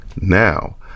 Now